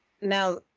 Now